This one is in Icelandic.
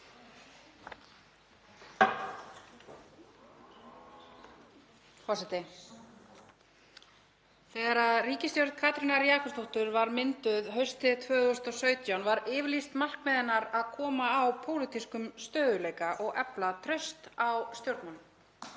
Forseti. Þegar ríkisstjórn Katrínar Jakobsdóttur var mynduð haustið 2017 var yfirlýst markmið hennar að koma á pólitískum stöðugleika og efla traust á stjórnmálum.